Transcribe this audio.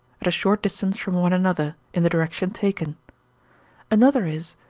at a short distance from one another, in the direction taken another is,